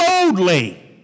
boldly